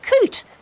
coot